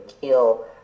kill